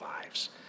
lives